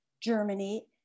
Germany